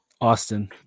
Austin